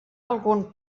algun